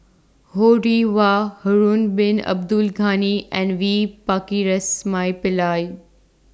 Ho Rih Hwa Harun Bin Abdul Ghani and V Pakirisamy Pillai